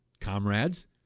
comrades